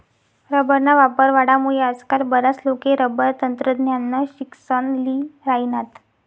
रबरना वापर वाढामुये आजकाल बराच लोके रबर तंत्रज्ञाननं शिक्सन ल्ही राहिनात